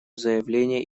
заявление